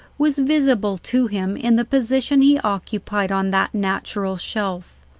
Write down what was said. was visible to him in the position he occupied on that natural shelf.